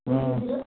ହୁଁ